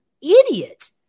idiot